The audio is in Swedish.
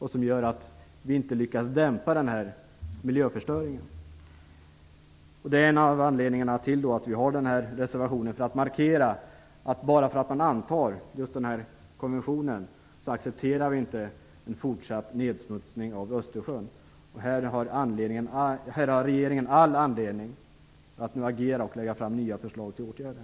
Det gör att vi inte lyckas dämpa miljöförstöringen. En av anledningarna till vår reservation är att vi vill markera att bara för att havsrättskonventionen antas, accepterar vi inte en fortsatt nedsmutsning av Östersjön. Här har regeringen all anledning att agera och lägga fram nya förslag till åtgärder.